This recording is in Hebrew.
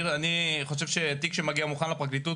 אני חושב שתיק שמגיע מוכן לפרקליטות